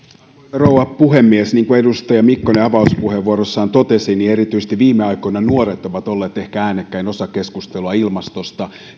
rouva puhemies niin kuin edustaja mikkonen avauspuheenvuorossaan totesi erityisesti viime aikoina nuoret ovat olleet ehkä äänekkäin osa keskustelussa ilmastosta